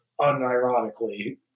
unironically